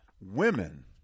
women